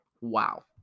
Wow